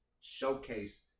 showcase